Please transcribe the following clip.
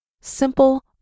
Simple